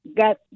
got